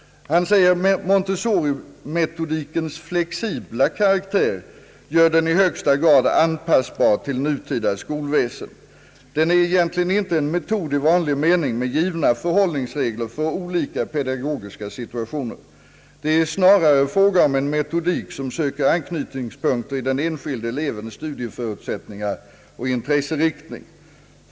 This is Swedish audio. Han säger att Montessorimetodens flexibla karaktär gör den i högsta grad anpassbar till nutida skolväsen och att den egentligen icke är en »metod» i vanlig mening med givna förhållningsregler för olika pedagogiska situationer. »Det är snarare fråga om en metodik, som söker anknytningspunkter i den enskilde elevens studieförutsättningar och intresseriktning.